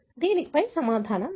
దీనికి సమాధానం లేదు